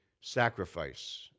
sacrifice